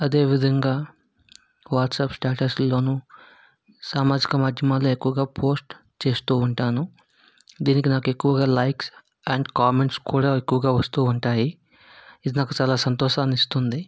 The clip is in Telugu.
అదేవిధంగా వాట్సాప్ స్టేటసుల్లోను సామజిక మాధ్యమాలలో ఎక్కువగా పోస్ట్ చేస్తూ ఉంటాను దీనికి నాకు ఎక్కువగా లైక్స్ అండ్ కామెంట్స్ కూడా ఎక్కువగా వస్తూ ఉంటాయి ఇది నాకు చాలా సంతోషాన్ని ఇస్తుంది